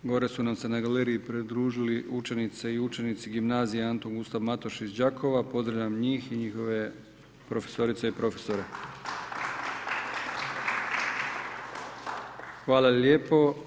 Gore su nam se na galeriji pridružili učenice i učenici gimnazije Antun Gustav Matoš iz Đakova, pozdravljam njih i njihove profesorice i profesore. Hvala lijepo.